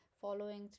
following